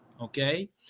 Okay